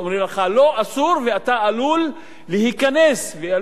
ואתה עלול להיכנס ועלול ללכת לבית-סוהר